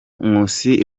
nkusi